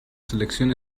selección